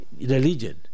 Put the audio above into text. religion